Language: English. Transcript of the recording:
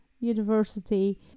university